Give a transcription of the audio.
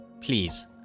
Please